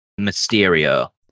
Mysterio